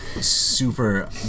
super